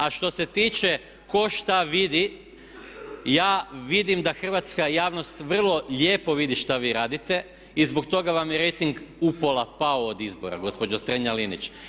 A što se tiče tko šta vidi, ja vidim da hrvatska javnost vrlo lijepo vidi što vi radite i zbog toga vam je rejting upola pao od izbora gospođo Strenja-Linić.